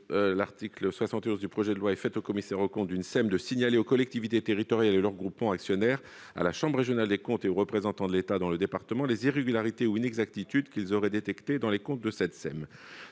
l'article 71, pour les commissaires aux comptes d'une SEM de signaler aux collectivités territoriales et à leurs groupements actionnaires, à la chambre régionale des comptes et aux représentants de l'État dans le département, les irrégularités ou inexactitudes qu'ils auraient détectées dans les comptes de cette SEM.